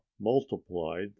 multiplied